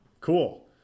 cool